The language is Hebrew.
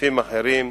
בסניפים אחרים,